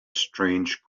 strange